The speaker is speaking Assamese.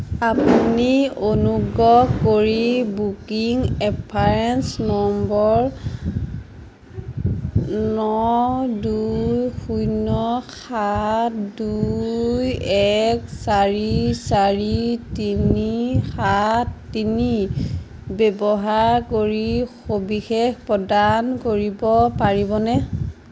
আপুনি অনুগ্ৰহ কৰি বুকিং ৰেফাৰেন্স নম্বৰ ন দুই শূন্য সাত দুই এক চাৰি চাৰি তিনি সাত তিনি ব্যৱহাৰ কৰি সবিশেষ প্ৰদান কৰিব পাৰিবনে